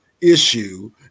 issue